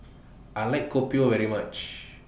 I like Kopi O very much